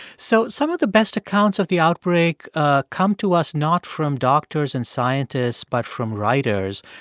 so some of the best accounts of the outbreak ah come to us not from doctors and scientists but from writers.